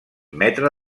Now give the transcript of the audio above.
metre